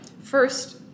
First